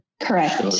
Correct